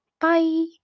bye